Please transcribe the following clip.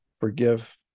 forgive